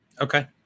Okay